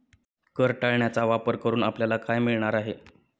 कर टाळण्याचा वापर करून आपल्याला काय मिळणार आहे?